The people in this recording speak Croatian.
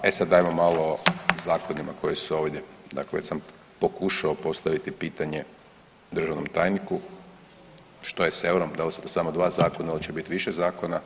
E sad ajmo malo o zakonima koji su ovdje, dakle već sam pokušao postaviti pitanje državnom tajniku što je s eurom, da li smo samo 2 zakona ili će biti više zakona.